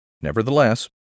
Nevertheless